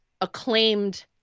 acclaimed